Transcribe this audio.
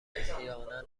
احیانا